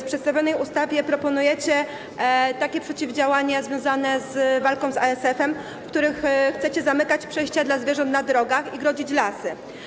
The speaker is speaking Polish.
W przedstawionej ustawie proponujecie takie formy przeciwdziałania związane z walką z ASF-em, w ramach których chcecie zamykać przejścia dla zwierząt na drogach i grodzić lasy.